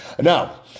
Now